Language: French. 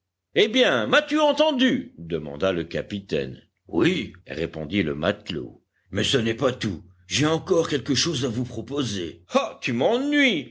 eh bien m'as-tu entendu demanda le capitaine oui répondit le matelot mais ce n'est pas tout j'ai encore quelque chose à vous proposer ah tu